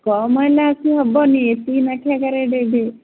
କମ୍ ହେଲେ ଆକୁ ହବନି ଏତିକି ଲେଖା ଏକା ରେଟ୍ ଏବେ